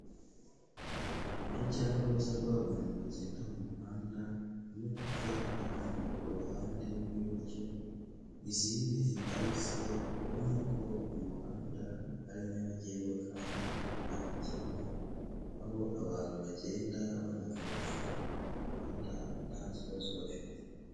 Urujya n'uruza rw'abantu bagenda mu muhanda, imodoka igana ku ruhande rw'iburyo, izindi ziparitse ubona ko umuhanda ari nyabagendwa kandi ari ntamakemwa, aho abantu bagenda banagaruka mu muhanda nta kibazo bafite.